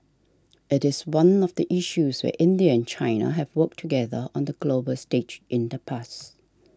it is one of the issues where India and China have worked together on the global stage in the past